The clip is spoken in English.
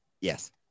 Yes